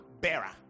bearer